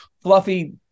Fluffy